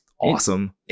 awesome